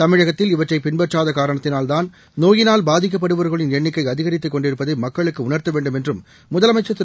தமிழகத்தில் இவற்றை பின்பற்றாத காரணத்தினால்தான் நோயினால் பாதிக்கப்படுபவர்களின் எண்ணிக்கை அதிகரித்து கொண்டிருப்பதை மக்களுக்கு உணாத்த வேண்டும் என்றும் முதலமைச்ன் திரு